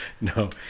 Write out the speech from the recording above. No